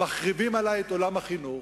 מחריבים עלי את עולם החינוך,